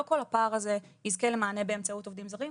לא כל הפער הזה יזכה למענה באמצעות עובדים זרים,